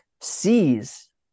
sees